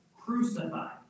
crucified